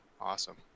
Awesome